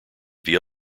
via